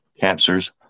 cancers